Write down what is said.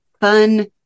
fun